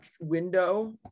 window